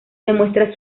demuestra